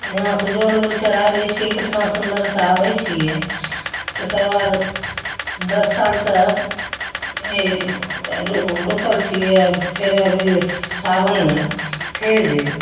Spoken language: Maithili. वहाँसँ जल उल चढ़ाय लै छियै केतना सुन्दरसँ आबय छियै तकर बाद दस सालसँ ई रूकल छियै फेर अबरी सावनमे फेर जेबय